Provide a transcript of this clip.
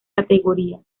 categoría